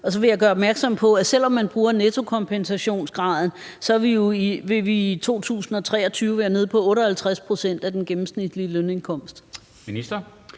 Og så vil jeg gøre opmærksom på, at selv om man bruger nettokompensationsgraden, vil vi i 2023 være nede på 58 pct. af den gennemsnitlige lønindkomst. Kl.